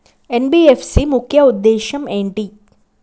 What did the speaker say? NBFC ముఖ్య ఉద్దేశం ఏంటి?